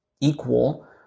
equal